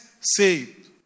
saved